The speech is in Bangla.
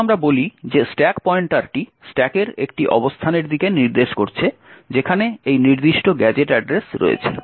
এখন আমরা বলি যে স্ট্যাক পয়েন্টারটি স্ট্যাকের একটি অবস্থানের দিকে নির্দেশ করছে যেখানে এই নির্দিষ্ট গ্যাজেট অ্যাড্রেস রয়েছে